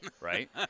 right